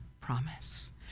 promise